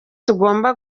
tugomba